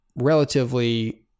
relatively